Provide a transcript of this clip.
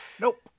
Nope